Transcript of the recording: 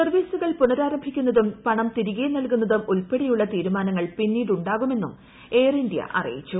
സർവ്വീസുകൾ പുനരാരംഭിക്കുന്നതും പണം തിരികെ നൽകുന്നതും ഉൾപ്പെടെയുള്ള തീരുമാനങ്ങൾ പിന്നീട് ഉണ്ടാകുമെന്നും എയർ ഇന്തൃ അറിയിച്ചു